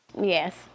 Yes